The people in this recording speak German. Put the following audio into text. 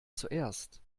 zuerst